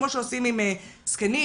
כמו שעושים עם זקנים,